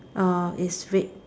err is red